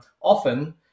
often